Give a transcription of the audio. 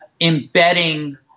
embedding